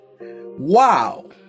wow